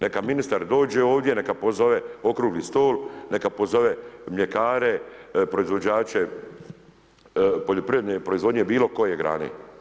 Neka ministar dođe ovdje, neka pozove okrugli stol, neka pozove mljekare, proizvođače, poljoprivredne proizvodnje, bilo koje grane.